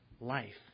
life